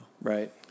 right